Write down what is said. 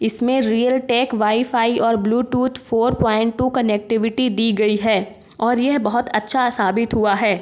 इसमें Realtek wifi और Bluetooth four point two connectivity दी गई है और यह बहुत अच्छा साबित हुआ है